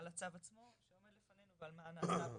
הצו עצמו ומה נעשה בו